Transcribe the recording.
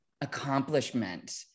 accomplishment